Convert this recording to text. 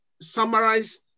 summarize